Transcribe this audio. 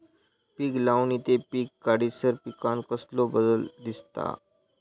पीक लावणी ते पीक काढीसर पिकांत कसलो बदल दिसता?